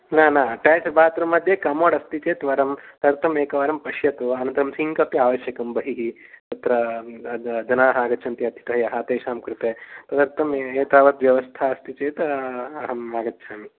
न न attach bathroom मध्ये कमोड् अस्ति चेत् वरं तदर्थम् एकवारं पश्यतु अनन्तरं सिङ्क् अपि आवश्यकं बहिः तत्र जनाः आगच्छन्ति अतिथयः तेषां कृते तदर्थम् एतावत् व्यवस्था अस्ति चेत् अहं आगच्छामि